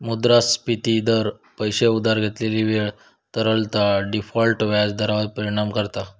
मुद्रास्फिती दर, पैशे उधार घेतलेली वेळ, तरलता, डिफॉल्ट व्याज दरांवर परिणाम करता